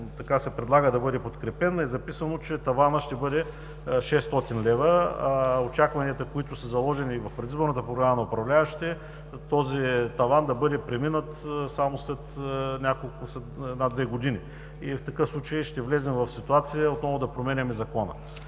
който се предлага да бъде подкрепен, е записано, че таванът ще бъде 600 лв., а очакванията, които са заложени в предизборната програма на управляващите, са този таван да бъде преминат само след една-две години. В такъв случай ще влезем в ситуация отново да променяме Закона.